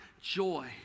joy